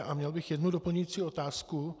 A měl bych jednu doplňující otázku.